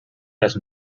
las